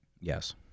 yes